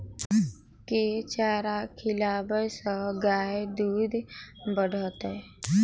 केँ चारा खिलाबै सँ गाय दुध बढ़तै?